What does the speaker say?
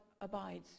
abides